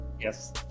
Yes